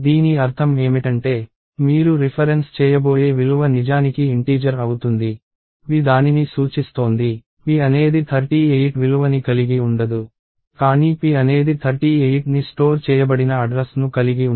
దీని అర్థం ఏమిటంటే మీరు రిఫరెన్స్ చేయబోయే విలువ నిజానికి ఇంటీజర్ అవుతుంది p దానిని సూచిస్తోంది p అనేది 38 విలువని కలిగి ఉండదు కానీ p అనేది 38 ని స్టోర్ చేయబడిన అడ్రస్ ను కలిగి ఉంటుంది